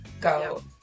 go